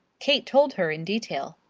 kate told her in detail.